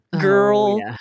girl